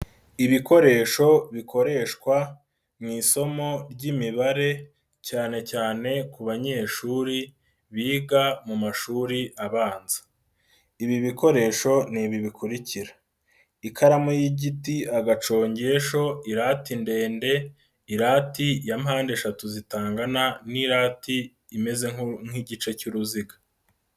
Ibikoresho bikoreshwa mu isomo ry'imibare cyane cyane ku banyeshuri biga mu mashuri abanza. Ibi bikoresho ni ibi bikurikira: Ikaramu y'igiti, agacongesho, irate ndende, irati ya mpande eshatu zitangana n'irati imeze nk'igice cy'uruziga.